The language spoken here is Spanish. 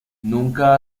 nunca